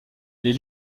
les